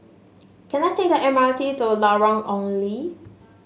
can I take the M R T to Lorong Ong Lye